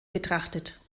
betrachtet